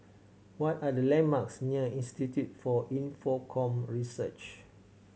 what are the landmarks near Institute for Infocomm Research